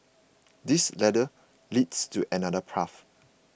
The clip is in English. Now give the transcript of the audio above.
this ladder leads to another path